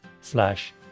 slash